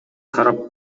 карап